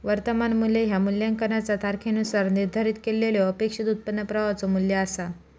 वर्तमान मू्ल्य ह्या मूल्यांकनाचा तारखेनुसार निर्धारित केलेल्यो अपेक्षित उत्पन्न प्रवाहाचो मू्ल्य असा